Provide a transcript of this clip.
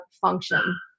function